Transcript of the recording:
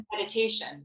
meditation